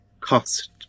cost